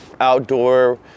outdoor